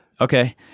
Okay